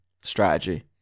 strategy